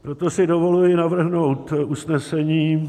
Proto si dovoluji navrhnout usnesení: